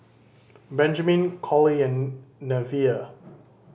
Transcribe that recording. Benjamin Collie and Neveah